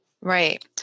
Right